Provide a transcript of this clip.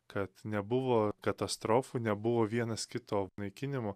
kad nebuvo katastrofų nebuvo vienas kito naikinimo